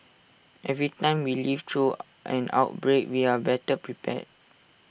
every time we live through an outbreak we are better prepared